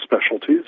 specialties